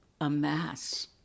amass